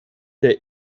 der